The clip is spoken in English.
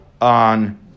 on